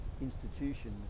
institution